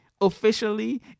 officially